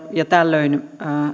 ja tällöin